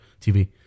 TV